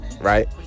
right